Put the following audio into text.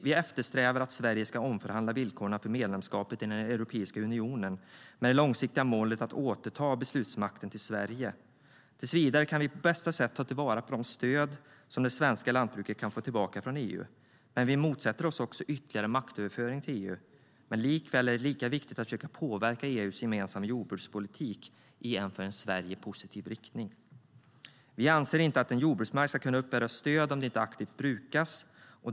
Vi eftersträvar att Sverige ska omförhandla villkoren för medlemskapet i Europeiska unionen med det långsiktiga målet att återföra beslutsmakten till Sverige. Tills vidare kan vi på bästa sätt ta till vara de stöd som det svenska jordbruket kan få tillbaka från EU. Vi motsätter oss också ytterligare maktöverföring till EU. Men likväl är det viktigt att försöka påverka EU:s gemensamma jordbrukspolitik i en för Sverige positiv riktning. Vi anser inte att jordbruksmark ska kunna uppbära stöd om den inte aktivt brukas.